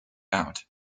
out